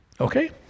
Okay